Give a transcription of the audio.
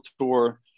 Tour